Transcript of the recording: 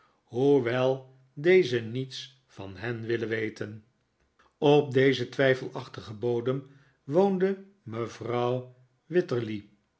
hoewel deze niets van hen willen weten op dezen twijfelachtigen bodem woonde mevrouw wititterly